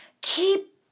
Keep